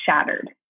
shattered